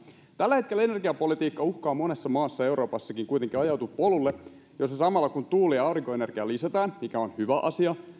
tällä hetkellä energiapolitiikka uhkaa monessa maassa euroopassakin kuitenkin ajautua polulle jolla samalla kun tuuli ja aurinkoenergiaa lisätään mikä on hyvä asia